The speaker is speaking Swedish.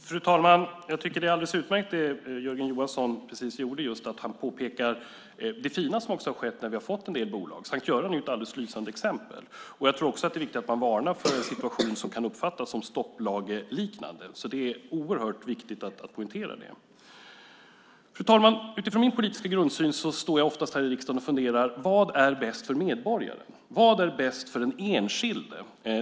Fru talman! Det är alldeles utmärkt som Jörgen Johansson just gjorde att påpeka det fina som också har skett när vi har fått en del bolag. Sankt Görans sjukhus är ett lysande exempel. Det är också viktigt att man varnar för en situation som kan uppfattas som stopplagsliknande. Det är oerhört viktigt att poängtera det. Fru talman! Utifrån min politiska grundsyn står jag oftast här i riksdagen och funderar: Vad är bäst för medborgaren? Var är bäst för den enskilde?